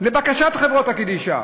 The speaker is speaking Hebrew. לבקשת חברות קדישא,